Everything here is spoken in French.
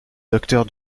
docteur